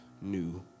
new